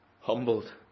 Humbled